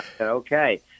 Okay